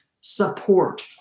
support